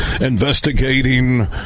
investigating